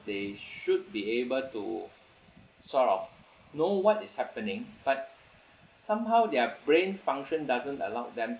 they should be able to sort of know what is happening but somehow their brain function doesn't allowed them